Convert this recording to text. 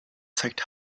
zeigt